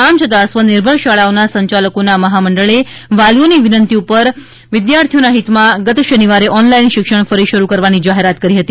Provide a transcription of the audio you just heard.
આમ છતાં સ્વનિર્ભર શાળાઓના સંચાલકોના મહામંડળે વાલીઓની વિનંતી ઉપર વિસ્યર્થીઓના હિતમાં ગત શનિવારે ઓનલાઈન શિક્ષણ ફરી શરૂ કરવાની જાહેરાત કરી હતી